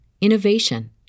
innovation